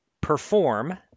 Perform